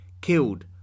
killed